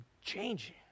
changing